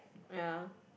ya